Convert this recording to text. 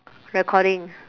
recording